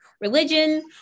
religion